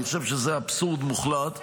אני חושב שזה אבסורד מוחלט.